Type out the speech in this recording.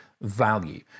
value